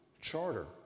charter